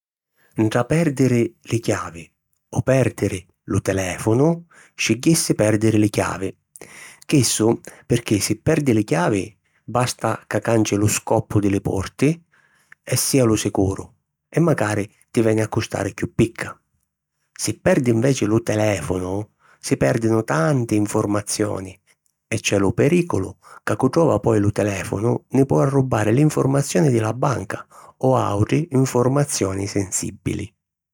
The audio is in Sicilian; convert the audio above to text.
Ntra pèrdiri li chiavi o pèrdiri lu telèfonu scigghissi pèrdiri li chiavi. Chissu pirchì si perdi li chiavi, basta ca canci lu scoppu di li porti e si’ a lu sicuru e macari ti veni a custari chiù picca. Si perdi nveci lu telèfonu, si pèrdinu tanti informazioni e c’è lu perìculu ca cu’ trova poi lu telèfonu ni po arrubbari l'informazioni di la banca o àutri informazioni sensìbili.